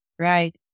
Right